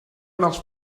dels